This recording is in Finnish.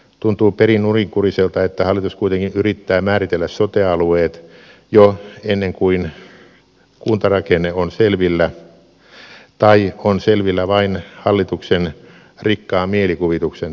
tuntuu perin nurinkuriselta että hallitus kuitenkin yrittää määritellä sote alueet jo ennen kuin kuntarakenne on selvillä tai kun se on selvillä vain hallituksen rikkaan mielikuvituksen tuotteena